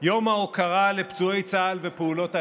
יום ההוקרה לפצועי צה"ל ופעולות האיבה.